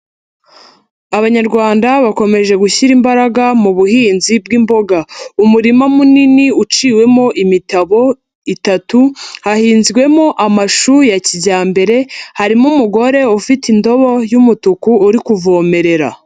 Abanyarwanda bakomeje gushyira imbaraga mu buhinzi bw'imboga, umurima munini uciwemo imitabo itatu hahinzwemo amashu ya kijyambere harimo umugore ufite indobo y'umutuku uri kuvomerera.